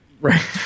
Right